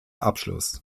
abschluss